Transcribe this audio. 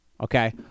Okay